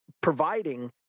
providing